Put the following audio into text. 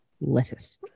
lettuce